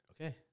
okay